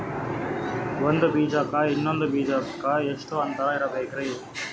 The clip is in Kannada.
ಒಂದ್ ಬೀಜಕ್ಕ ಇನ್ನೊಂದು ಬೀಜಕ್ಕ ಎಷ್ಟ್ ಅಂತರ ಇರಬೇಕ್ರಿ?